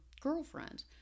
girlfriend